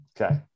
Okay